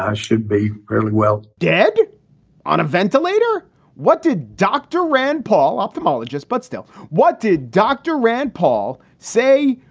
ah should be really, well, dead on a ventilator what did dr. rand paul opthamologist? but still, what did dr. rand paul say?